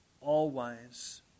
all-wise